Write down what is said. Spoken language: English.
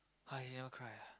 !huh! you never cry ah